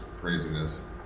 craziness